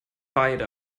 beide